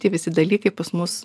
tie visi dalykai pas mus